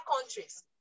countries